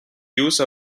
use